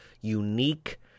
unique